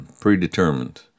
predetermined